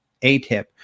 ATIP